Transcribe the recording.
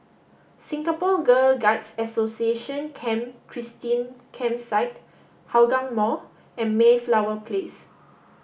Singapore Girl Guides Association Camp Christine Campsite Hougang Mall and Mayflower Place